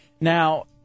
Now